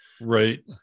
Right